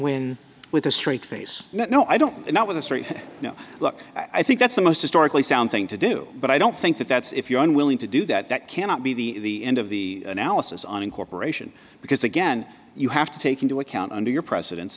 win with a straight face no i don't know with a straight look i think that's the most historically sound thing to do but i don't think that that's if you're unwilling to do that that cannot be the end of the analysis on incorporation because again you have to take into account under your preceden